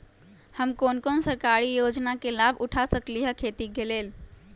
हम कोन कोन सरकारी योजना के लाभ उठा सकली ह खेती के लेल?